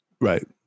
Right